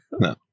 No